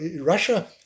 Russia